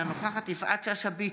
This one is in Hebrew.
אינה נוכחת יפעת שאשא ביטון,